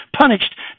punished